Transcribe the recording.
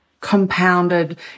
compounded